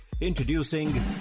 Introducing